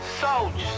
soldiers